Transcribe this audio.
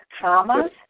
commas